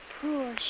poor